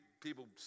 people